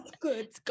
good